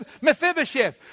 Mephibosheth